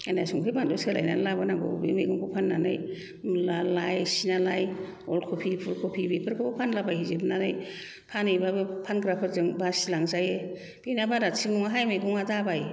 संख्रि बानलु सोलायनानै लाबोनांगौ बे मैगंखौ फाननानै मुला लाइ सिना लाइ अल कफि फुल कफि बेफोरखौ फानलाबायजोबनानै फानहैबाबो फानग्राफोरजों बासिलांजायो बेना बारा थिग नङाहाय मैगंया दाबाय